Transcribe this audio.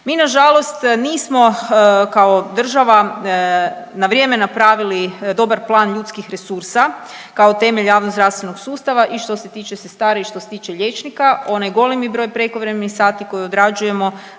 Mi nažalost nismo kao država na vrijeme napravili dobar plan ljudskih resursa, kao temelj javnozdravstvenog sustava i što se tiče sestara i što se tiče liječnika, onaj golemi broj prekovremenih sati koji odrađujemo